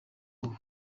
ubu